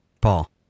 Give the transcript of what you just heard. Paul